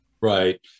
Right